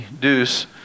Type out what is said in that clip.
deuce